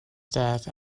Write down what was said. staff